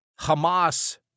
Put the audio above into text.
Hamas